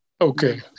Okay